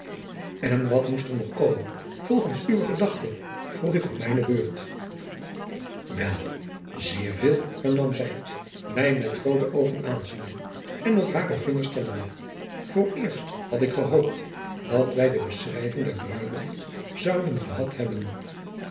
en wat moest er nog komen volgens uwe gedachte vroeg ik op mijne beurt wel zeer veel hernam zij mij met groote oogen aanziende en op hare vingers tellende vooreerst had ik gehoopt dat wij de beschrijving der bruiloft zouden gehad hebben